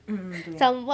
mm ya